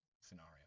scenario